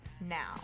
now